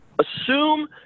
assume